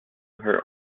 her